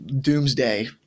doomsday